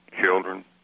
children